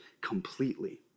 completely